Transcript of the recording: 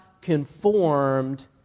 conformed